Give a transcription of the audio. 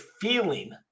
feeling